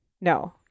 No